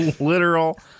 literal